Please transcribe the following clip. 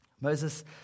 Moses